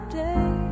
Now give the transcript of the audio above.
day